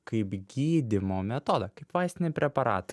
kaip gydymo metodą kaip vaistinį preparatą